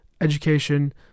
education